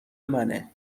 منه